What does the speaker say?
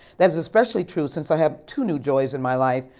that's especially true since i have two new joys in my life,